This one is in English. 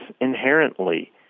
inherently